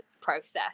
process